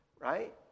right